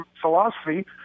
philosophy